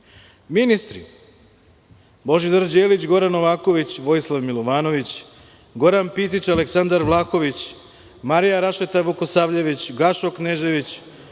Ministri: Božidar Đelić, Goran Novaković, Vojislav Milovanović, Goran Pitić, Aleksandar Vlahović, Marija Rašeta Vukosavljević, Gašo Knežević,